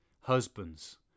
Husbands